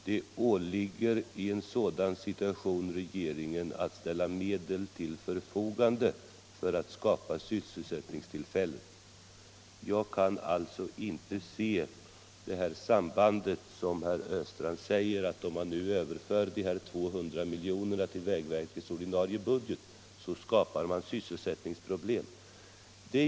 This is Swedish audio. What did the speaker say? Det åligger i en sådan situation regeringen att ställa medel till förfogande för att skapa sysselsättningstillfällen. Herr Östrand säger att om man nu överför dessa 200 miljoner till vägverkets ordinarie budget, så skapar man sysselsättningsproblem. Jag kan inte se det sambandet.